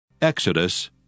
Exodus